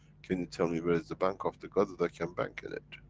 can you tell me where is the bank of the god, that i can bank in it?